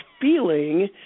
feeling